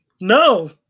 No